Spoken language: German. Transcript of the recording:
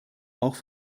auch